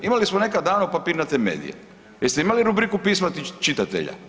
Imali smo nekad davno papirnate medije, jeste imali rubriku pisma čitatelja?